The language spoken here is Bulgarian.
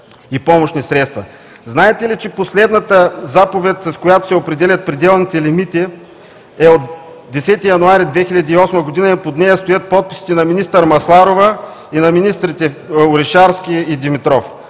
и помощни средства. Знаете ли, че последната заповед, с която се определят пределните лимити, е от 10 януари 2008 г. и под нея стоят подписите на министър Масларова и на министрите Орешарски и Димитров?